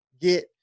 get